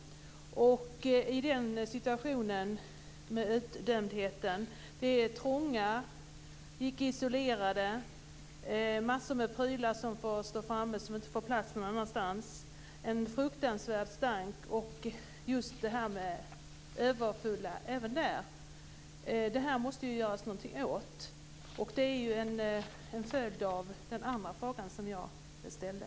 De är trånga och icke isolerade. Det finns massor med prylar som får stå framme eftersom de inte får plats någon annanstans. Det är en fruktansvärd stank. Det måste göras något åt detta. Detta hör samman med den andra frågan som jag ställde.